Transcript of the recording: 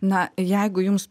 na jeigu jums